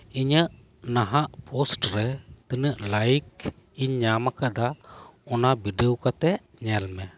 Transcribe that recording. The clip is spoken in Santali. ᱤᱧᱟᱹᱜ ᱱᱟᱦᱟᱜ ᱯᱳᱥᱴ ᱨᱮ ᱛᱤᱱᱟᱹᱜ ᱞᱟᱭᱤᱠ ᱤᱧ ᱧᱟᱢ ᱟᱠᱟᱫᱟ ᱚᱱᱟ ᱵᱤᱰᱟᱹᱣ ᱠᱟᱛᱮᱜ ᱧᱮᱞ ᱢᱮ